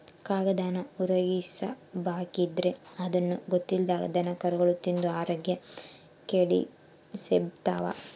ಕಾಗದಾನ ಹೊರುಗ್ಬಿಸಾಕಿದ್ರ ಅದುನ್ನ ಗೊತ್ತಿಲ್ದಂಗ ದನಕರುಗುಳು ತಿಂದು ಆರೋಗ್ಯ ಕೆಡಿಸೆಂಬ್ತವ